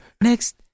Next